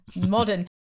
modern